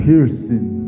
Piercing